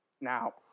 now